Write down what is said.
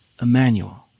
Emmanuel